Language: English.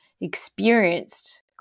experienced